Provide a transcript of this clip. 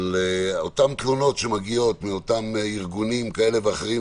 אותן תלונות שמגיעות מארגונים כאלה ואחרים.